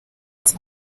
ati